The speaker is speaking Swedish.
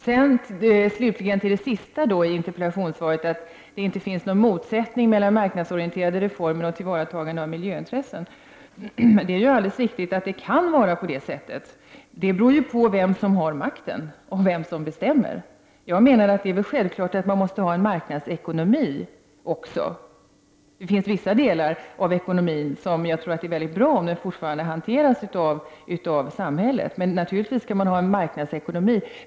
Sist i interpellationssvaret säger statsrådet att det inte finns någon motsättning mellan marknadsorienterade reformer och tillvaratagande av miljöintresset. Det är alldeles riktigt att det kan vara på det sättet — det beror på vem som har makten och vem som bestämmer. Jag menar att det är självklart att man måste ha också en marknadsekonomi. Det finns vissa delar av ekonomin som det enligt min mening är mycket bra om samhället fortsätter att hantera. Men naturligtvis skall man ha en marknadsekonomi.